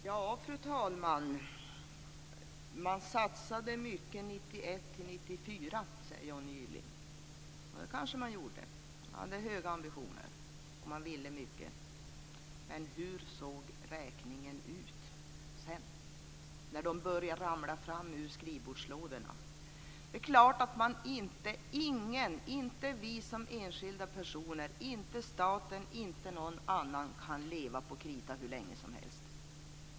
Fru talman! Man satsade mycket 1992-1994, säger Johnny Gylling. Det kanske man gjorde. Man hade höga ambitioner och ville mycket. Men hur såg det ut sedan när räkningarna började ramla fram ur skrivbordslådorna? Det är klart att ingen - inte vi som enskilda personer, inte staten och inte någon annan - kan leva på krita hur länge som helst.